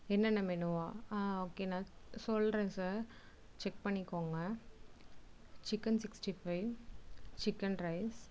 என்னென்ன மெனுவா ஓகே நான் சொல்றேன் சார் செக் பண்ணிக்கோங்க chicken sixty five chicken rice